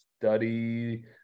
study